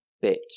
bit